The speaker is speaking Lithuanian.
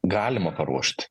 galima paruošt